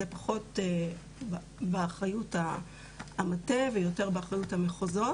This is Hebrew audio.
זה פחות באחריות המטה ויותר באחריות המחוזות,